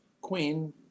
Queen